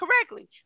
correctly